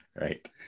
right